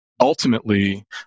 Ultimately